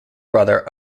brother